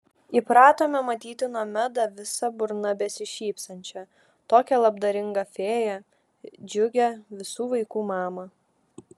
įpratome matyti nomedą visa burna besišypsančią tokią labdaringą fėją džiugią visų vaikų mamą